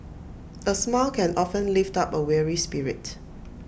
A smile can often lift up A weary spirit